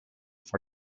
for